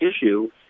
issue